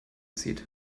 zieht